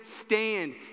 stand